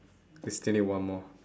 we still need one more